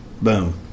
Boom